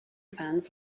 fans